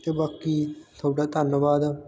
ਅਤੇ ਬਾਕੀ ਤੁਹਾਡਾ ਧੰਨਵਾਦ